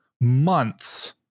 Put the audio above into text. months